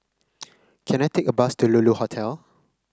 can I take a bus to Lulu Hotel